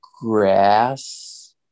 grass